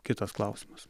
kitas klausimas